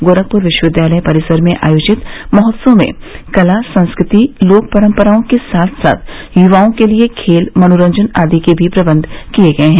गोरखपुर विश्वविद्यालय परिसर में आयोजित महोत्सव में कला संस्कृति लोक परंपराओं के साथ साथ युवाओं के लिए खेल मनोरंजन आदि के भी प्रबंध किए गए हैं